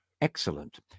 excellent